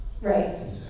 Right